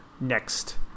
next